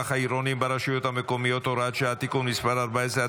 העירוניים ברשויות המקומיות (הוראת שעה) (תיקון מס' 14),